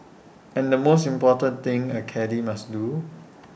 and the most important thing A caddie must do